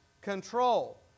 Control